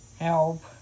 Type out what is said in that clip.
help